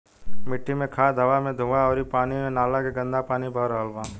मिट्टी मे खाद, हवा मे धुवां अउरी पानी मे नाला के गन्दा पानी बह रहल बा